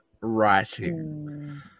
writing